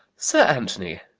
sir anthony,